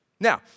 now